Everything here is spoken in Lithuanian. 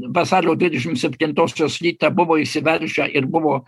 vasario dvidešim septintosios rytą buvo įsiveržę ir buvo